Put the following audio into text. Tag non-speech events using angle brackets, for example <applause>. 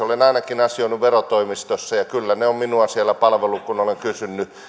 <unintelligible> olen ainakin asioinut verotoimistossa ja kyllä he ovat minua siellä palvelleet kun olen kysynyt